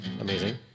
amazing